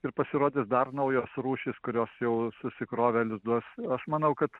ir pasirodys dar naujos rūšys kurios jau susikrovė lizdus aš manau kad